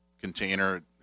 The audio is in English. container